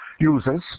users